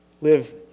live